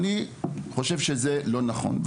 אני חושב שזה לא נכון.